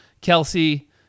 Kelsey